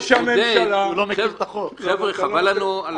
לא --- חבר'ה, חבר לנו על הזמן.